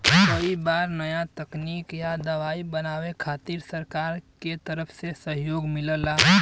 कई बार नया तकनीक या दवाई बनावे खातिर सरकार के तरफ से सहयोग मिलला